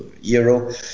Euro